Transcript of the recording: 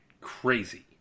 crazy